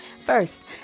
First